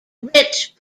rich